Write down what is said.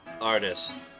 artist